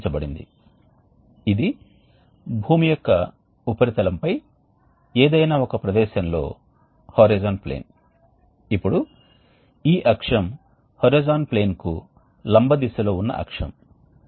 కాబట్టి energy conservation మరియు వ్యర్థ ఉష్ణ రికవరీ కోసం ప్రత్యేకంగా హీట్ ఎక్స్ఛేంజర్స్ సరిపోతాయి మొదటి రకం హీట్ ఎక్స్ఛేంజర్స్ అనేవి రీజెనరేటర్లు తర్వాత కొన్ని ప్రత్యేక రిక్యూపరేటర్లుసైక్లింగ్ ద్వారా వేడిని పునరుద్ధరించే ఉష్ణ మార్పిడి వ్యవస్థలు 1 లేదా 2 ఉన్నాయి